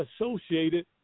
associated